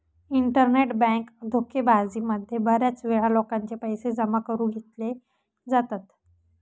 internet bank धोकेबाजी मध्ये बऱ्याच वेळा लोकांचे पैसे जमा करून घेतले जातात